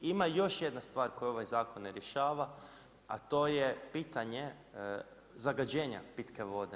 Ima još jedna stvar koju ovaj zakon ne rješava a to je pitanje zagađenja pitke vode.